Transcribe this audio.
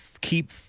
keep –